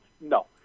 No